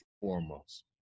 foremost